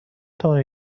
توانم